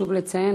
חשוב לציין,